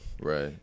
Right